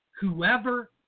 Whoever